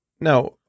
Now